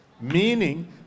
Meaning